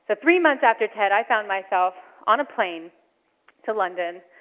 three months after ted i found myself on a plane to london,